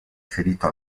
ferito